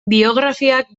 biografiak